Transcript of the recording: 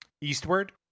eastward